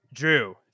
Drew